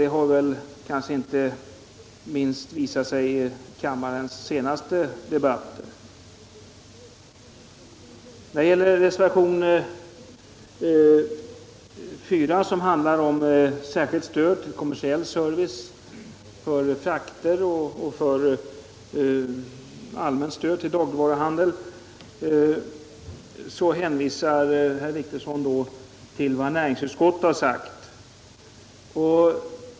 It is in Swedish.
Det har väl visat sig inte minst vid kammarens senaste debatter. När det gäller reservation 4, som handlar om åtgärder för kommersiell service i form av fraktstöd och allmänt stöd till dagligvaruhandeln, hänvisar herr Wictorsson till vad näringsutskottet har sagt.